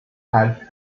had